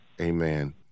amen